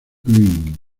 green